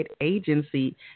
agency